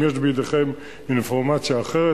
אם יש בידיכם אינפורמציה אחרת,